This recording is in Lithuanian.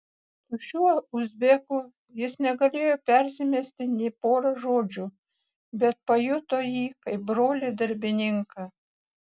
su šiuo uzbeku jis negalėjo persimesti nė pora žodžių bet pajuto jį kaip brolį darbininką